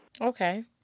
Okay